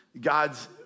God's